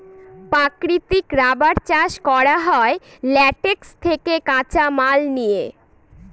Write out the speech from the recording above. প্রাকৃতিক রাবার চাষ করা হয় ল্যাটেক্স থেকে কাঁচামাল নিয়ে